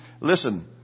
Listen